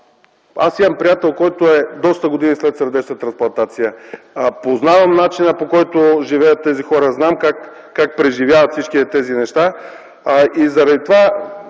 Аз имам приятел, който е доста години след сърдечна трансплантация, познавам начина по който живеят тези хора, знам как преживяват всичките тези неща.